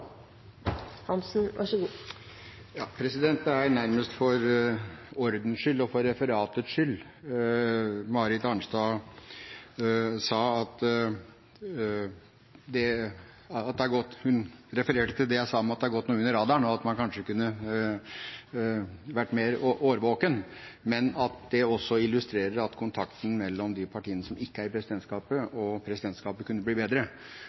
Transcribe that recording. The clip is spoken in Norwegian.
nærmest for ordens skyld og for referatets skyld: Marit Arnstad refererte til det jeg sa om at det har gått noe under radaren, og at man kanskje kunne vært mer årvåken, men at det også illustrerer at kontakten mellom de partiene som ikke er i presidentskapet, og presidentskapet, kunne bli bedre.